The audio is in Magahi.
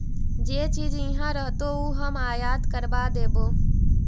जे चीज इहाँ रहतो ऊ हम आयात करबा देबो